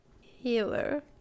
Healer